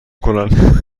کنن